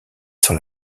sur